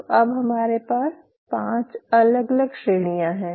तो अब हमारे पास पांच अलग अलग श्रेणियां हैं